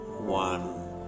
One